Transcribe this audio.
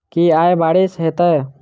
की आय बारिश हेतै?